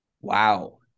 Wow